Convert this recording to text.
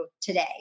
today